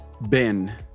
Ben